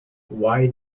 why